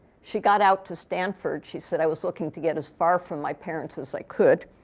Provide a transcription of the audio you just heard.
she got out to stanford. she said i was looking to get as far from my parents as i could.